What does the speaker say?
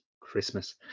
Christmas